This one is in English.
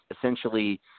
essentially